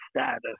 status